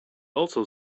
also